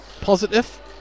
positive